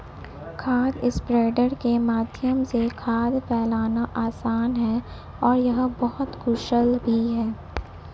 खाद स्प्रेडर के माध्यम से खाद फैलाना आसान है और यह बहुत कुशल भी है